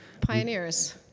Pioneers